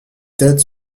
têtes